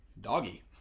Doggy